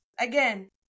again